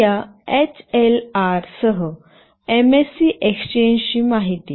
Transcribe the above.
आणि या एचएलआर सह एमएससी एक्सचेंजची माहिती